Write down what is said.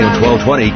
1220